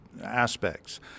aspects